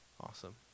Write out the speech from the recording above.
Awesome